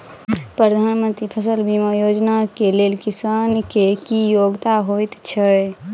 प्रधानमंत्री फसल बीमा योजना केँ लेल किसान केँ की योग्यता होइत छै?